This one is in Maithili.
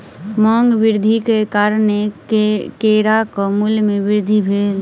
मांग वृद्धिक कारणेँ केराक मूल्य में वृद्धि भेल